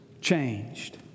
changed